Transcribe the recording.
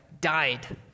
died